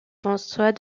françois